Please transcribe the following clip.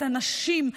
את הנשים,